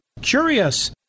curious